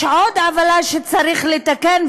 יש עוד עוולה שצריך לתקן,